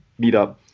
meetup